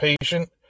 patient